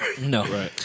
No